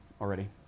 already